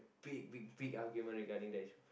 big big big argument regarding that issue